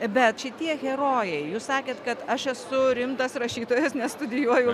bet šitie herojai jūs sakėt kad aš esu rimtas rašytojas nes studijuoju